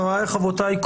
חבריי וחברותיי,